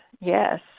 yes